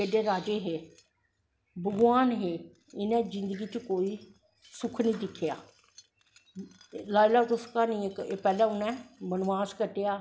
केडेड राज़े हे भगवान हे इनें जिन्दगी च कोई सुक्ख नी दिक्केआ दिक्खी लैओ पैह्लैं उनैं बनवास कट्टेआ